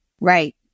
Right